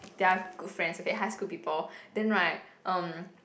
they are good friends okay high school people then right um